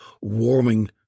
warming